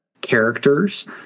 characters